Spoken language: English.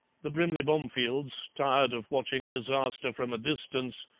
the brimley bomefields, tired of watching disaster from a distance,